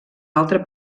altre